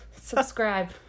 Subscribe